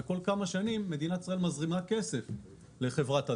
וכל כמה שנים מדינת ישראל מזרימה כסף לחברת הדואר.